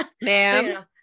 ma'am